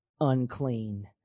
unclean